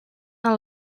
and